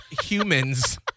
humans